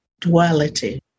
duality